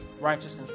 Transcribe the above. righteousness